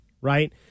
right